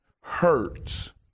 hurts